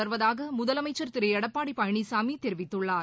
தொடர்வதாக முதலமைச்சர் திரு எடப்பாடி பழனிசாமி தெரிவித்துள்ளார்